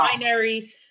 binary